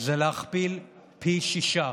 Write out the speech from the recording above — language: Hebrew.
זה להכפיל פי שישה